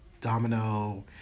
Domino